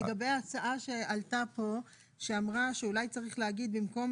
לגבי ההצעה שעלתה פה שאמרה שאולי צריך להגיד במקום,